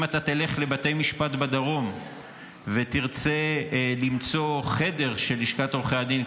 אם תלך לבתי משפט בדרום ותרצה למצוא חדר של לשכת עורכי הדין,